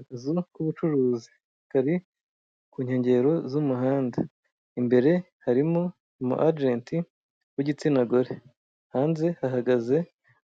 Akazu k'ubucuruzi kari ku nkengero z'umuhanda imbere harimo umu ajenti w'igitsina gore hanze hahagaze